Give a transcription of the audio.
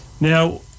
Now